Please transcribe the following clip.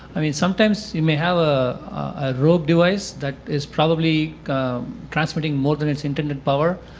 i mean sometimes you may have a rogue device that is probably transmitting more than its intended power,